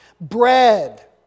Bread